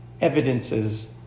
evidences